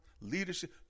leadership